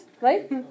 right